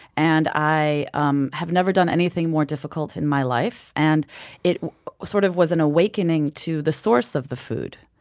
and i um have never done anything more difficult in my life. and it sort of was an awakening to the source of the food.